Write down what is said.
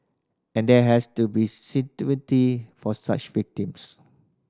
and there has to be for such victims